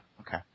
Okay